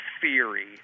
theory